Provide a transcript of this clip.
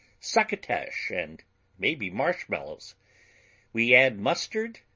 succotash and maybe marshmallows we add mustard,